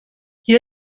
hier